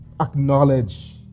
acknowledge